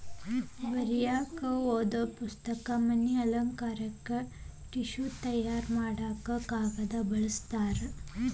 ಬರಿಯಾಕ ಓದು ಪುಸ್ತಕ, ಮನಿ ಅಲಂಕಾರಕ್ಕ ಟಿಷ್ಯು ತಯಾರ ಮಾಡಾಕ ಕಾಗದಾ ಬಳಸ್ತಾರ